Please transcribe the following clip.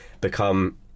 become